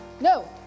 no